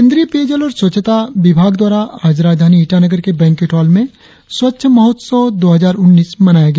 केंद्रीय पेय जल और स्वच्छता विभाग द्वारा आज राजधानी ईटानगर के बैंक्वेट हॉल में स्वच्छ महोत्सव दो हजार उन्नीस मनाया गया